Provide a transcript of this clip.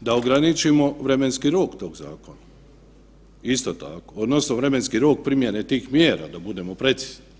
da ograničimo vremenski rok tog zakona isto tako odnosno vremenski rok primjene tih mjera da budemo precizni.